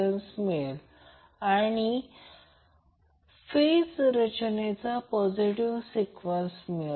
आता प्रश्न असा आहे की प्रथम v शोधायचा आहेसंदर्भ वेळ 3347